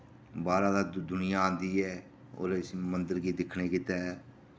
बाह्रा दा दू दुनिया आंदी ऐ होर इस मंदर गी दिक्खने गित्तै